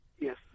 Yes